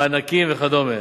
מענקים וכדומה.